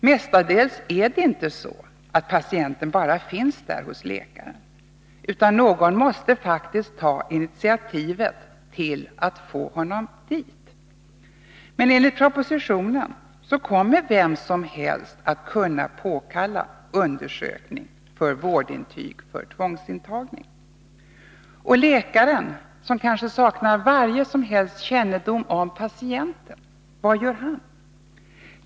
Mestadels är det inte så att patienten bara finns där hos läkaren, utan någon måste faktiskt ta initiativet till att få honom dit. Men enligt propositionen kommer vem som helst att kunna påkalla undersökning för vårdintyg för tvångsintagning. Och läkaren, som kanske saknar varje som helst kännedom om patienten, vad gör han?